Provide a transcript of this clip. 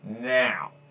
now